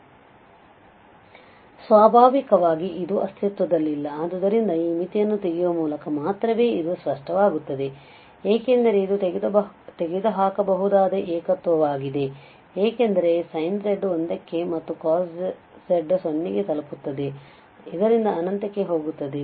ಆದ್ದರಿಂದ ಸ್ವಾಭಾವಿಕವಾಗಿ ಇದು ಅಸ್ತಿತ್ವದಲ್ಲಿಲ್ಲ ಆದ್ದರಿಂದ ಈ ಮಿತಿಯನ್ನು ತೆಗೆಯುವ ಮೂಲಕ ಮಾತ್ರವೇ ಇದು ಸ್ಪಷ್ಟವಾಗುತ್ತದೆ ಏಕೆಂದರೆ ಇದು ತೆಗೆದುಹಾಕಬಹುದಾದ ಏಕತ್ವವಾಗಿದೆ ಏಕೆಂದರೆ sin z 1 ಕ್ಕೆ ಮತ್ತು cos z 0 ಗೆ ತಲುಪುತ್ತದೆ ಇದರಿಂದ ಅನಂತಕ್ಕೆ ಹೋಗುತ್ತದೆ